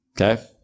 Okay